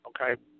okay